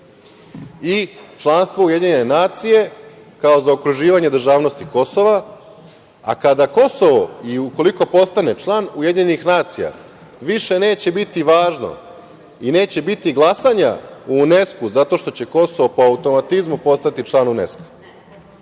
i članstvo u UN kao zaokruživanje državnosti Kosova, a kada Kosovo i ukoliko postane član UN, više neće biti važno i neće biti glasanja u UNESKU, zato što će Kosovo pa automatizmu postati član UNESK-a.